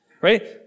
right